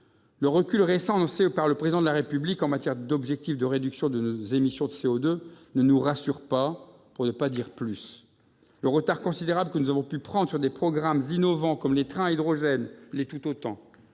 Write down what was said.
Le recul récent annoncé par le Président de la République en matière d'objectifs de réduction de nos émissions de CO2 ne nous rassure pas, c'est peu de le dire. Le retard considérable que nous avons pu prendre sur des programmes innovants, comme les trains à hydrogène, est préoccupant.